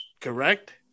correct